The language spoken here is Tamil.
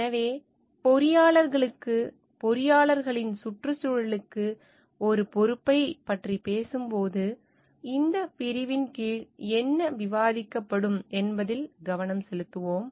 எனவே பொறியாளர்களுக்கு பொறியாளர்களின் சுற்றுச்சூழலுக்கு ஒரு பொறுப்பைப் பற்றி பேசும்போது இந்த பிரிவின் கீழ் என்ன விவாதிக்கப்படும் என்பதில் கவனம் செலுத்துவோம்